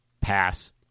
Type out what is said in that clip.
Pass